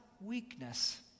weakness